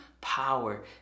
power